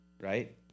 Right